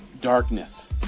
darkness